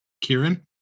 Kieran